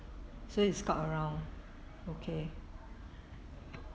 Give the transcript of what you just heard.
so you scout around okay